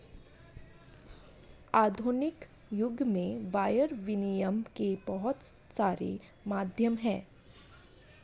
आधुनिक युग में वायर विनियम के बहुत सारे माध्यम हैं